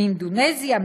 מאינדונזיה,